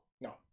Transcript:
no